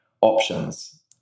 options